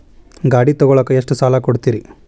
ಗಾಡಿ ತಗೋಳಾಕ್ ಎಷ್ಟ ಸಾಲ ಕೊಡ್ತೇರಿ?